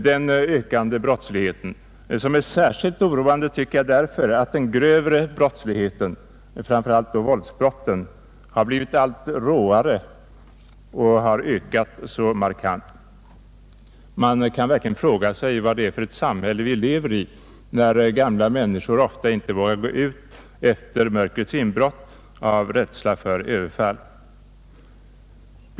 Den ökande brottsligheten är särskilt oroande därför att de grövre våldsbrotten blivit allt råare och ökat så markant. Man kan verkligen fråga sig vad det är för ett samhälle vi lever i när gamla människor ofta inte vågar gå ut efter mörkrets inbrott av rädsla för överfall.